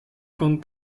con